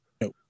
No